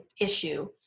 issue